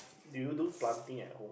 do you do planting at home